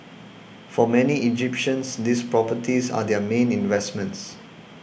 for many Egyptians these properties are their main investments